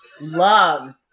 loves